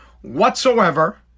whatsoever